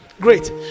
Great